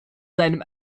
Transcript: seinem